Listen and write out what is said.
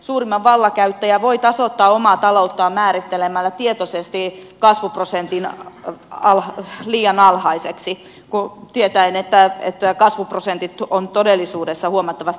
suurimman vallan käyttäjä voi tasoittaa omaa talouttaan määrittelemällä tietoisesti kasvuprosentin liian alhaiseksi tietäen että kasvuprosentit ovat todellisuudessa huomattavasti korkeammat